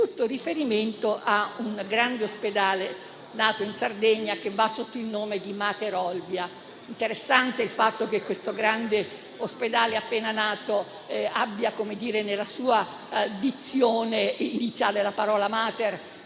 1. Mi riferisco a un grande ospedale nato in Sardegna e che va sotto il nome di Mater Olbia. È interessante il fatto che questo grande ospedale appena nato abbia nella sua dizione la parola *mater*